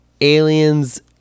aliens